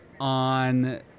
on